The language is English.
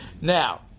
now